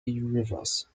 rivers